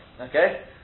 Okay